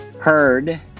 heard